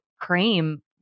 cream